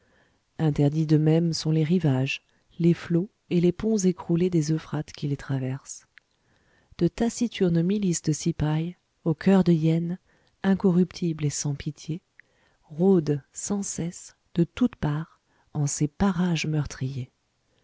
interdits de même sont les rivages les flots et les ponts écroulés des euphrates qui les traversent de taciturnes milices de cipayes au cœur de hyène incorruptibles et sans pitié rôdent sans cesse de toutes parts en ces parages meurtriers